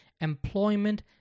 employment